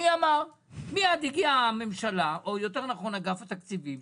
מיד הגיעה הממשלה, או יותר נכון אגף התקציבים,